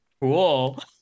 Cool